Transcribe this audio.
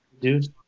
dude